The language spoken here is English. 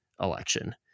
election